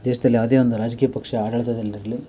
ದೇಶದಲ್ಲಿ ಯಾವುದೇ ಒಂದು ರಾಜಕೀಯ ಪಕ್ಷ ಆಡಳಿತದಲ್ಲಿರಲಿ